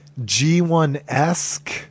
G1-esque